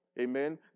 Amen